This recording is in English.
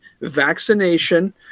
vaccination